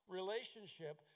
relationship